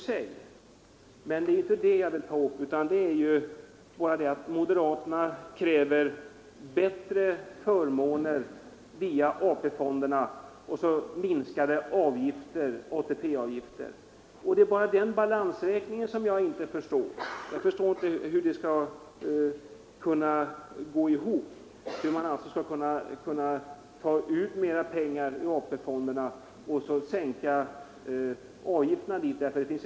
Jag skall emellertid inte gå in på detta utan skall bara peka på att moderaterna samtidigt kräver både bättre förmåner via AP-fonderna och minskade ATP-avgifter. Jag förstår inte hur det räknestycket går ihop. Det finns ju moderata krav även på sänkning av avgifterna till AP-fonderna.